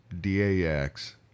D-A-X